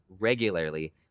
regularly